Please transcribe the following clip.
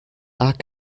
are